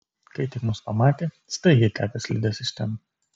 kai tik mus pamatė staigiai tepė slides iš ten